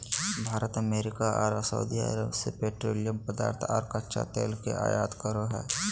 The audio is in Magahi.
भारत अमेरिका आर सऊदीअरब से पेट्रोलियम पदार्थ आर कच्चा तेल के आयत करो हय